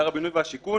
שר הבינוי והשיכון,